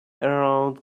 around